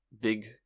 big